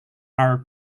are